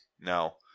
now